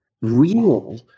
real